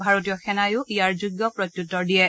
ভাৰতীয় সেনাইও ইয়াৰ যোগ্য প্ৰত্যুত্তৰ দিয়ে